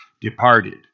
departed